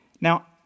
Now